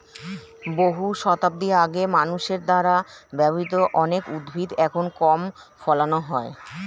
বহু শতাব্দী আগে মানুষের দ্বারা ব্যবহৃত অনেক উদ্ভিদ এখন কম ফলানো হয়